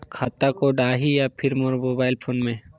खाता कोड आही या फिर मोर मोबाइल फोन मे?